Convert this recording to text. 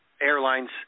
airlines